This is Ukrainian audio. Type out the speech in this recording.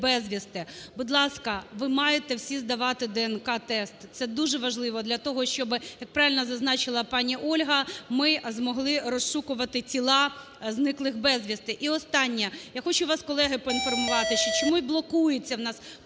Будь ласка, ви маєте всі здавати ДНК-тест. Це дуже важливо для того, щоб, як правильно зазначила пані Ольга, ми змогли розшукувати тіла зниклих безвісти. І останнє. Я хочу вас, колеги, поінформувати, чому блокується пошук